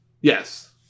Yes